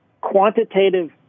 quantitative